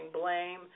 blame